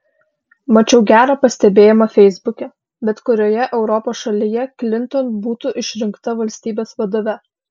mačiau gerą pastebėjimą feisbuke bet kurioje europos šalyje klinton būtų išrinkta valstybės vadove